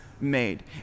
made